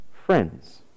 Friends